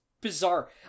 bizarre